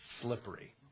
slippery